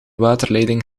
waterleiding